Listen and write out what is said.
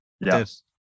Yes